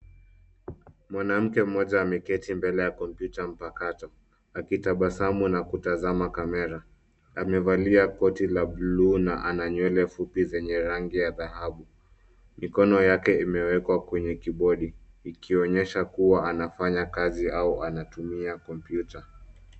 Mwanamke mmoja ameketi mbele ya kompyuta mpakato akitabasamu na kutazama kamera. Amevalia koti la bluu na ana nywele fupi zenye rangi ya dhahabu. Mikono yake imewekwa kwenye kibodi ikionyesha kuwa anafanya kazi au anatumia kompyuta.